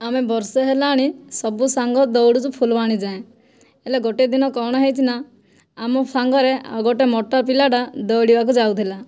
ଆମେ ବର୍ଷେ ହେଲାଣି ସବୁ ସାଙ୍ଗ ଦଉଡ଼ୁଛୁ ଫୁଲବାଣୀ ଯାଏଁ ହେଲେ ଗୋଟିଏ ଦିନ କଣ ହେଇଛି ନା ଆମ ସାଙ୍ଗରେ ଆଉ ଗୋଟିଏ ମୋଟା ପିଲାଟା ଦୌଡ଼ିବାକୁ ଯାଉଥିଲା